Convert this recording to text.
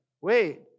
wait